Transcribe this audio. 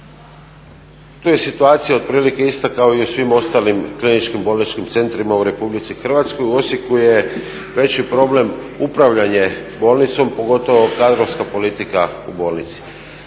Tu je situacija otprilike ista kao i u svim ostalim kliničkim bolničkim centrima u RH, u Osijeku je veći problem upravljanje bolnicom pogotovo kadrovska politika u bolnici.